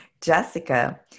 Jessica